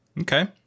okay